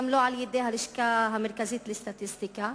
גם לא על-ידי הלשכה המרכזית לסטטיסטיקה,